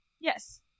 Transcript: Yes